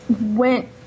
went